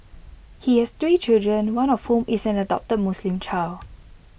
he has three children one of whom is an adopted Muslim child